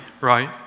right